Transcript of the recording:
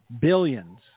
billions